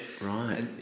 right